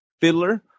Fiddler